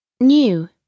new